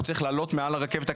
הוא צריך לעלות מעל הרכבת הקלה.